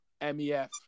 MEF